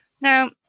Now